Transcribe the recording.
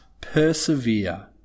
persevere